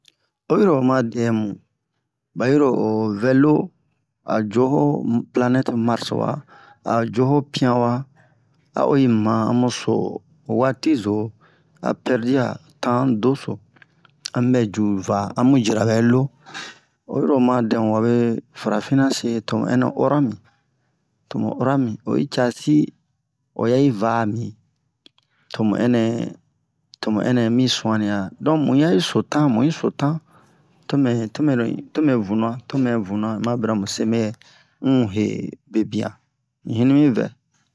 Oyi ro oma dɛmu ba yiro o vɛ lo a jo ho planɛt marsiwa a'o jo ho piyan wa a'o yi ma amu so o waati zo a pɛrdi'a tan doso a mi bɛ ju va amu jira bɛ lo oyi ro oma dɛmu wabe farafina se tomu ɛnɛ oro mi to mu oro mi oyi casi o ya i va mi to mu ɛnɛ to mu ɛnɛ mi su'ani don mu ya i so tan mu yi so tan to mɛ to mɛro tomɛ vunu'a to mɛ vunu'a un ma bira mu se mayɛ un he bebian un hini mi vɛ